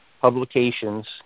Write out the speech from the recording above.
publications